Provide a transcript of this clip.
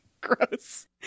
Gross